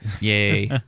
Yay